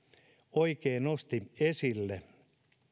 oikein nosti esille